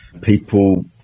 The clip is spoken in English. people